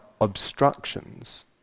obstructions